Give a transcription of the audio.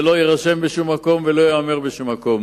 זה לא יירשם בשום מקום ולא ייאמר בשום מקום.